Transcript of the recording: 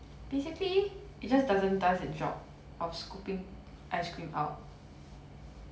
basically it just doesn't does its job of scooping ice cream out